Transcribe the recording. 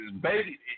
baby